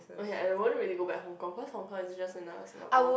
oh ya I won't really go back hong-kong cause hong-kong is just another Singapore